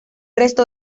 resto